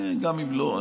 גם אם לא,